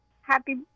Happy